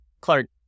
Clark